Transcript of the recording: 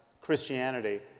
Christianity